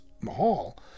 Mahal